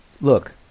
look